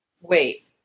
Wait